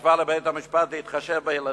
שכתבה לבית-המשפט להתחשב בילדים.